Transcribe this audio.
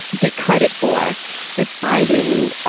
get credit for as finding